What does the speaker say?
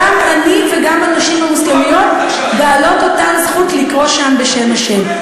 גם אני וגם הנשים המוסלמיות בעלות אותה זכות לקרוא שם בשם השם.